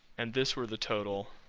and this were the total